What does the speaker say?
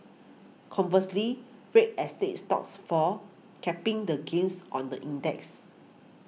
conversely real estate stocks fall capping the gains on the index